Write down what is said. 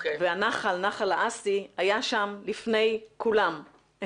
נחל האסי היה שם לפני כולם,